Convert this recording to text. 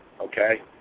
okay